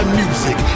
music